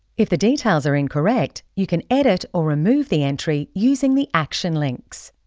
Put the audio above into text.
if the details are incorrect, you can edit or remove the entry using the action links.